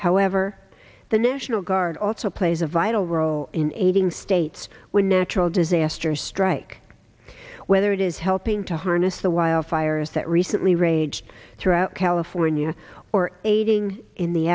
however the national guard also plays a vital role in aiding states where natural disasters strike whether it is helping to harness the wildfires that recently raged throughout california or aiding in the